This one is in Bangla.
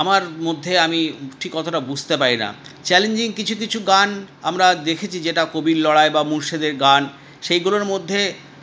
আমার মধ্যে আমি ঠিক অতটা বুঝতে পারিনা চ্যালেঞ্জিং কিছু কিছু গান আমরা দেখেছি যেটা কবির লড়াই বা মুর্শিদের গান সেইগুলোর মধ্যে